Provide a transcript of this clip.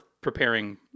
preparing